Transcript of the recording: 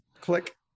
click